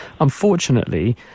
Unfortunately